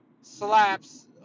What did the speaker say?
slaps